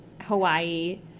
Hawaii